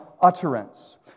utterance